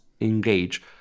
engage